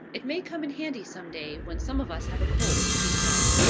it may come in handy some day when some of us have a cold, he said.